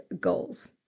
goals